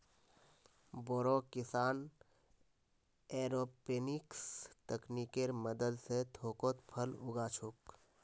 बोरो किसान एयरोपोनिक्स तकनीकेर मदद स थोकोत फल उगा छोक